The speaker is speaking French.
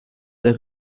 des